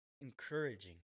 encouraging